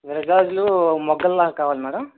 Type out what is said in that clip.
ఎర్రజాజులు మోగ్గల్లాగా కావాలా మ్యాడమ్